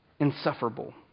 insufferable